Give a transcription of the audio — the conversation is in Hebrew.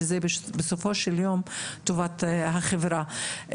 שבסופו של יום טובת החברה.